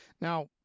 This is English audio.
Now